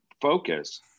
focus